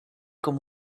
com